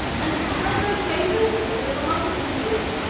and behind those faces, there's a lot to consider.